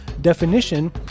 definition